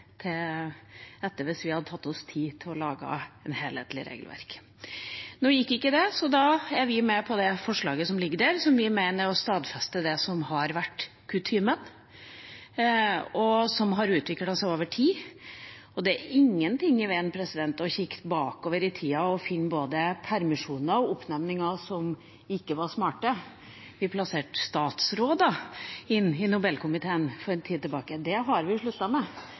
så da er vi med på det forslaget som ligger her, som vi mener er å stadfeste det som har vært kutymen, og som har utviklet seg over tid. Det er ingenting i veien for å kikke bakover i tida for å finne både permisjoner og oppnevninger som ikke var smarte. Vi plasserte statsråder i Nobelkomiteen for en tid tilbake. Det har vi sluttet med. Men betyr ikke at det er et argument for å bryte de prinsippene som har utviklet seg over tid. Det er klart at vi har hatt noen vekkere med